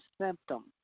symptoms